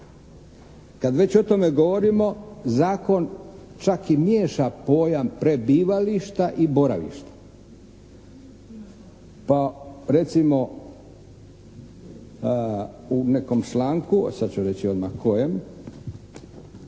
Kad već o tome govorimo zakon čak i miješa pojam prebivališta i boravišta, pa recimo u nekom članku, sad ću odmah reći